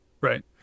right